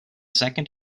second